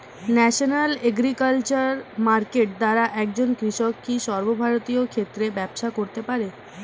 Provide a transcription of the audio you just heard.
National agriculture market দ্বারা একজন কৃষক কি সর্বভারতীয় ক্ষেত্রে ব্যবসা করতে পারে?